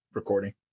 recording